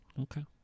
Okay